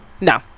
No